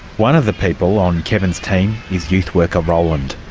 one of the people on kevin's team is youth worker roland.